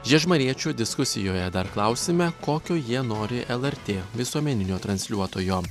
žiežmariečių diskusijoje dar klausime kokio jie nori lrt visuomeninio transliuotojo